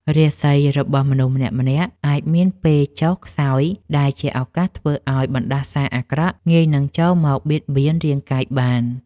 រាសីរបស់មនុស្សម្នាក់ៗអាចមានពេលចុះខ្សោយដែលជាឱកាសធ្វើឱ្យបណ្តាសាអាក្រក់ងាយនឹងចូលមកបៀតបៀនរាងកាយបាន។